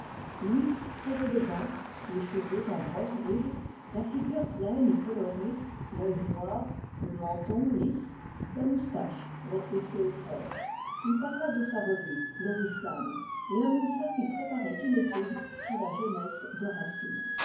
lui très élégant les cheveux en brosse rude la figure pleine et colorée l'œil noir le menton lisse la moustache retroussée au fer il parla de sa revue l'oriflamme et annonça qu'il préparait une étude sur la jeunesse de racine